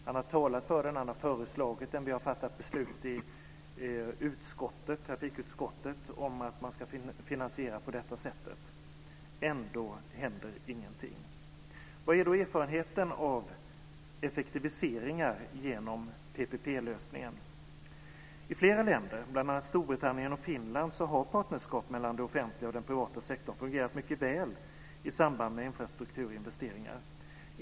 Han har talat för den, han har föreslagit den. Vi har fattat beslut i trafikutskottet om att man ska finansiera på detta sätt. Ändå händer ingenting. Vad är då erfarenheten av effektiviseringar genom PPP-lösningar? I flera länder, bl.a. Storbritannien och Finland, har partnerskap mellan den offentliga och den privata sektorn fungerat mycket väl i samband med infrastrukturinvesteringar.